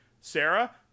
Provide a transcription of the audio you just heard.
Sarah